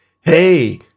hey